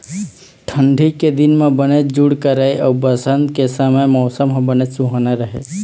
ठंडी के दिन म बनेच जूड़ करय अउ बसंत के समे मउसम ह बनेच सुहाना राहय